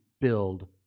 build